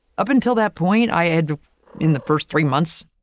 up until that point, i had in the first three months,